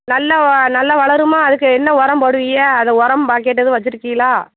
நல்லா நல்ல வளருமா அதுக்கு என்ன உரம் போடுவிக அது உரம் பாக்கெட்டு எதுவும் வச்சுருக்கிகளா